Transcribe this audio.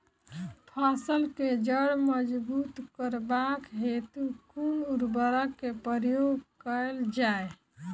फसल केँ जड़ मजबूत करबाक हेतु कुन उर्वरक केँ प्रयोग कैल जाय?